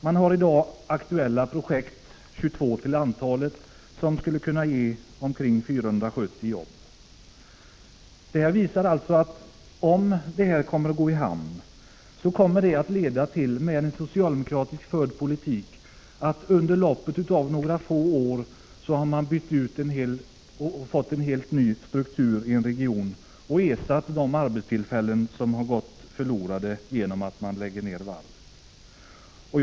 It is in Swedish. Man har i dag aktuella projekt — 22 till antalet — som skulle kunna ge omkring 470 jobb. Om planerna går i hamn kommer det med en socialdemokratiskt förd politik att leda till att man under loppet av några få år har fått en helt ny struktur i ” regionen och ersatt de arbetstillfällen som gått förlorade genom nedläggningen av varvet.